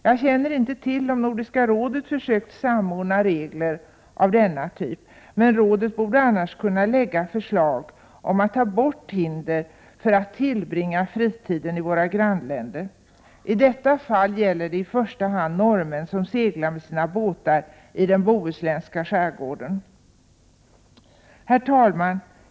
Jag känner inte till om Nordiska rådet försökt enas om regler av denna typ, men rådet borde annars kunna framlägga förslag om att ta bort hinder mot att tillbringa fritiden i våra nordiska grannländer. I detta fall gäller det i första hand norrmän som seglar med sina båtar i den bohuslänska skärgården. Herr talman!